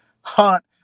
hunt